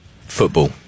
football